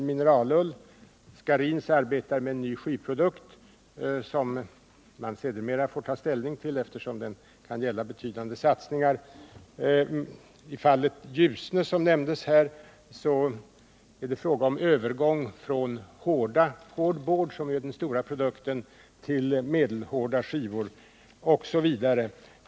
med mineralull,. medan Skarins arbetar med en ny skivprodukt, som man sedermera får ta ställning till, eftersom den kan gälla betydande satsningar. I fallet Ljusne, som nämndes här, är det fråga om övergång från hård board, som är den stora produkten, till medelhårda skivor, osv.